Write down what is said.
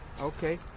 Okay